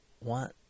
want